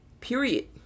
period